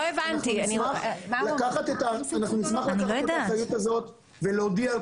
אנחנו נשמח לקחת את האחריות הזאת ולהודיע על